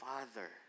Father